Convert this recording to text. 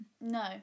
No